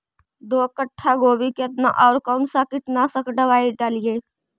दो कट्ठा गोभी केतना और कौन सा कीटनाशक दवाई डालिए?